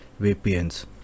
VPNs